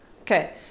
okay